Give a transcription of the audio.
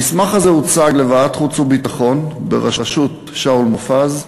המסמך הזה הוצג לוועדת חוץ וביטחון בראשות שאול מופז,